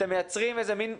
אתם מייצרים מן,